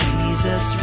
Jesus